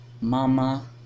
mama